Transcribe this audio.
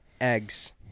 eggs